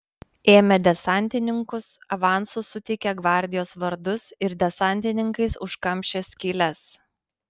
ėmė desantininkus avansu suteikė gvardijos vardus ir desantininkais užkamšė skyles